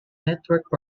network